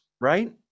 right